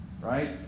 right